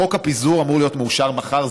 חוק הפיזור אמור להיות מאושר מחר.